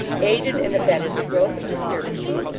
aided and abetted the growth of disturbances,